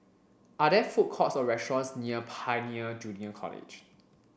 are there food courts or restaurants near Pioneer Junior College